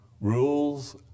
rules